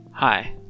Hi